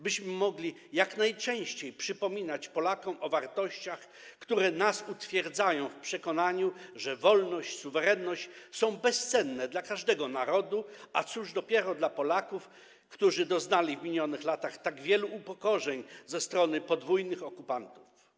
Byśmy mogli jak najczęściej przypominać Polakom o wartościach, które nas utwierdzają w przekonaniu, że wolność, suwerenność są bezcenne dla każdego narodu, a cóż dopiero dla Polaków, którzy doznali w minionych latach tak wielu upokorzeń ze strony dwóch okupantów.